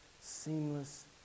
seamless